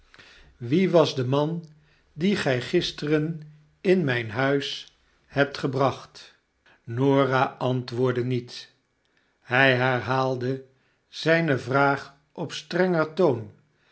wie was norah in verhoor de man dien gjj gisteren in mftn huis hebt gebracht norah antwoordde niet hfl herhaalde zflne vraag op strenger toon